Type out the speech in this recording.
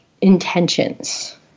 intentions